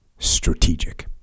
strategic